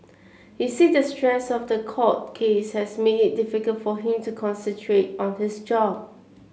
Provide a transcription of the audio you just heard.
he said the stress of the court case has made it difficult for him to concentrate on his job